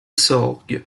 sorgue